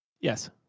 yes